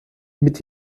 mit